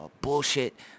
bullshit